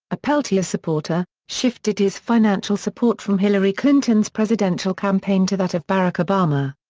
a peltier supporter, shifted his financial support from hillary clinton's presidential campaign to that of barack obama.